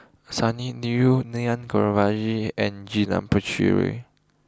Sonny Liew Naa and Janil Puthucheary